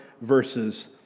verses